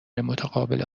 متقابل